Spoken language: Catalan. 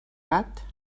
gat